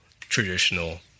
traditional